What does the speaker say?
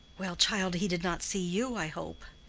well, child, he did not see you, i hope?